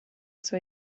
sua